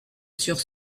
sur